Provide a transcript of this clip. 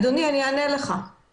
אדוני, אני אענה לך.